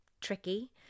tricky